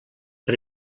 per